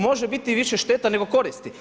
Može biti i više štete nego koristi.